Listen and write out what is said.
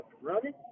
running